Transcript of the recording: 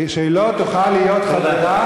שלוש דקות,